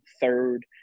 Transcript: third